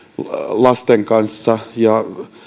lasten ja